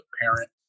parent